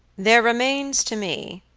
there remains to me,